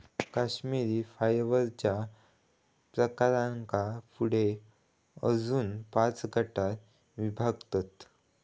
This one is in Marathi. कश्मिरी फायबरच्या प्रकारांका पुढे अजून पाच गटांत विभागतत